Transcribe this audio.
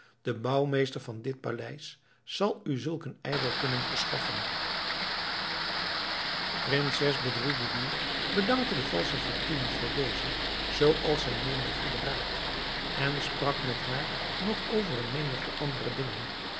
de bouwmeester van dit paleis zal u zulk een ei wel kunnen verschaffen prinses bedroelboedoer dankte de valsche fatime voor den zooals zij meende goeden raad en sprak met haar nog over een menigte andere dingen